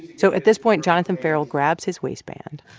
so at this point, jonathan ferrell grabs his waistband